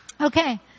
Okay